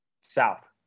South